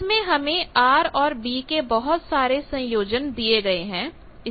इसमें हमें R और b के बहुत सारे संयोजन दिए गए हैं